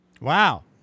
Wow